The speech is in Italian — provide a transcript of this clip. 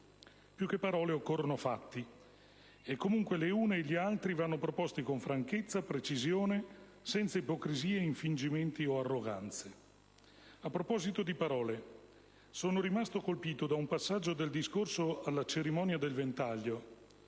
Più che parole, occorrono fatti, e comunque le une e gli altri vanno proposti con franchezza e precisione, senza ipocrisie, infingimenti o arroganze. A proposito di parole, sono rimasto colpito da un passaggio del discorso del nostro Presidente